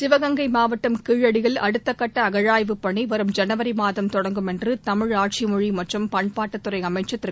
சிவகங்கை மாவட்டம் கீழடியில் அடுத்தகட்ட அகழாய்வுப் பணி வரும் ஜனவரி மாதம் தொடங்கும் என்று தமிழ் ஆட்சிமொழி மற்றும் பண்பாட்டுத் துறை அமைச்சர் திரு